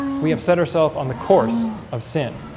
we have set herself on the course of sin